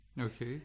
Okay